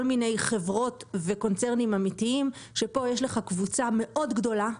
מיני חברות וקונצרנים אמיתיים שפה יש לך קבוצה מאוד גדולה.